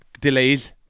Delays